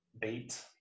bait